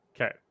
Okay